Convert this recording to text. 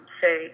say